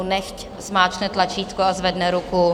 Nechť zmáčkne tlačítko a zvedne ruku.